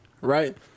right